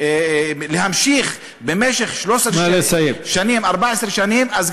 להמשיך במשך 13 שנים, 14 שנים, נא לסיים.